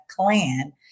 clan